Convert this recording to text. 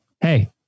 Hey